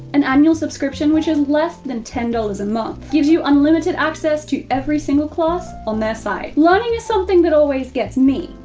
an annual subscription which is less than ten dollars a month, gives you unlimited access to every single class on their site. learning is something that always gets me,